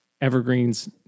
evergreens